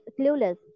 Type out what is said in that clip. clueless